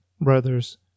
brothers